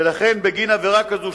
ולכן בגין עבירה כזאת,